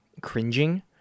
cringing